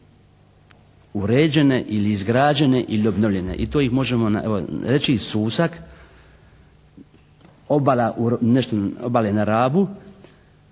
uređene ili izgrađene ili obnovljene. I to ih možemo evo reći: Susak, obala,